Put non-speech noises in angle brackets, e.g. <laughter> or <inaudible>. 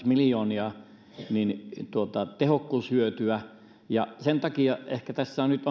<unintelligible> miljoonia tehokkuushyötyä ja sen takia ehkä tässä nyt <unintelligible>